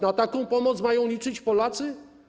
Na taką pomoc mają liczyć Polacy?